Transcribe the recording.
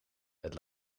het